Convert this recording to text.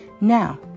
Now